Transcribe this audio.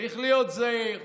צריך להיות זהיר.